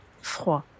froid